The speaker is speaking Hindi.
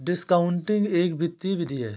डिस्कॉउंटिंग एक वित्तीय विधि है